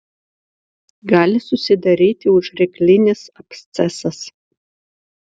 gali susidaryti užryklinis abscesas